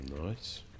Nice